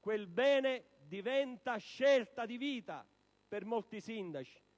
quel bene diventa scelta di vita per molti sindaci,